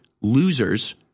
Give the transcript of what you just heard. losers